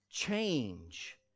Change